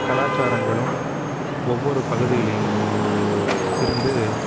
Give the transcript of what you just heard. கலாச்சாரங்களும் ஒவ்வொரு பகுதிலையும் இருந்து